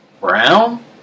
Brown